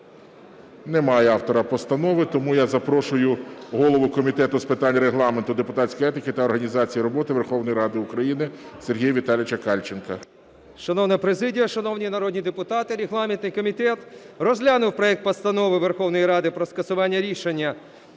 Немає автора Постанови, тому я запрошую голову Комітету з питань Регламенту, депутатської етики та організації роботи Верховної Ради України Сергія Віталійовича Кальченка. 12:40:41 КАЛЬЧЕНКО С.В. Шановна президія, шановні народні депутати, регламентний комітет розглянув проект Постанови про скасування рішення